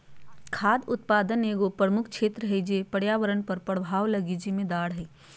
खाद्य उत्पादन एगो प्रमुख क्षेत्र है जे पर्यावरण पर प्रभाव लगी जिम्मेदार हइ